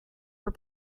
were